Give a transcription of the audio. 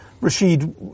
Rashid